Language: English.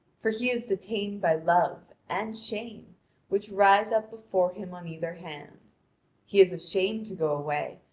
for he is detained by love and shame which rise up before him on either hand he is ashamed to go away,